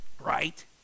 right